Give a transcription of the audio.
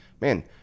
man